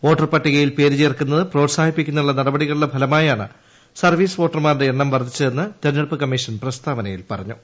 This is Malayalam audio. വോട്ടർപട്ടികയിൽ പേര് ചേർക്കുന്നത് പ്രോത്സാഹിപ്പിക്കുന്നതിനുള്ള നടപടികളുടെ ഫലമായാണ് സർവ്വീസ് വോട്ടർമാരുടെ എണ്ണം വർദ്ധിച്ചതെന്ന് തിരഞ്ഞെടുപ്പു കമ്മീഷന്റെ പ്രസ്താവനയിൽ പറഞ്ഞു